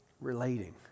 relating